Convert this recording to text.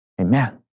Amen